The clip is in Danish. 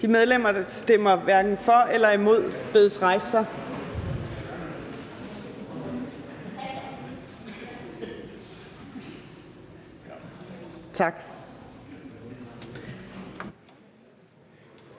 De medlemmer, der stemmer hverken for eller imod, bedes rejse sig. Tak.